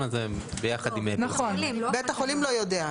הזה ביחד עם --- בית החולים לא יודע.